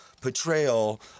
portrayal